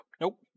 Nope